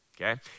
Okay